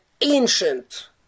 ancient